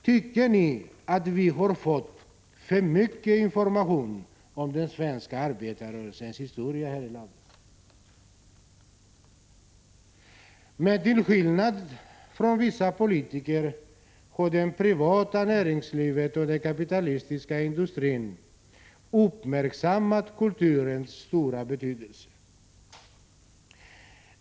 Tycker ni att vi har fått för mycket information om den svenska arbetarrörelsens historia här i landet? Men till skillnad från vissa politiker har det privata näringslivet och den kapitalistiska industrin uppmärksammat kulturens stora betydelse.